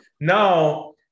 Now